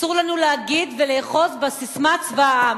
אסור לנו להגיד ולאחוז בססמה "צבא העם".